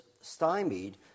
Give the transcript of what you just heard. stymied